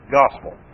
gospel